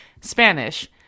Spanish